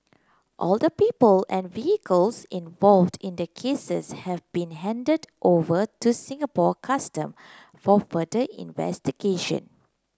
all the people and vehicles involved in the cases have been handed over to Singapore Custom for further investigation